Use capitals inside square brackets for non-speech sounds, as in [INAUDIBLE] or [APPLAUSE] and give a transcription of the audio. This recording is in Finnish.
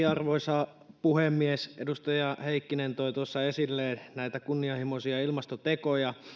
[UNINTELLIGIBLE] arvoisa puhemies edustaja heikkinen toi tuossa esille näitä kunnianhimoisia ilmastotekoja